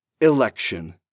Election